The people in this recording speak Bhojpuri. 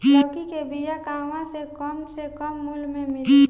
लौकी के बिया कहवा से कम से कम मूल्य मे मिली?